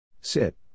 sit